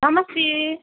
नमस्ते